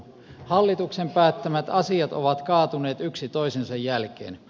hallituksen päättämät asiat ovat kaatuneet yksi toisensa jälkeen